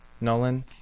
Nolan